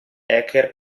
hacker